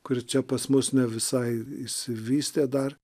kur čia pas mus ne visai išsivystė dar